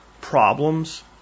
problems